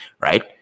right